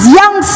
young